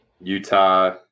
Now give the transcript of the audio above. Utah